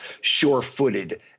sure-footed